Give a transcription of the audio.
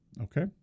okay